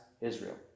Israel